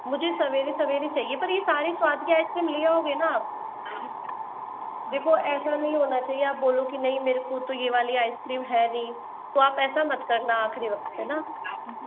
मुझे सवेरे सवेरे चाहिए पर यह सारे स्वाद के आइसक्रीम ले आओगे ना आप देखो ऐसा नहीं होना चाहिए आप बोलो की नहीं मेरे को तो ये वाली आइसक्रीम है नहीं तो आप ऐसा मत करना आखिरी वक्त पर न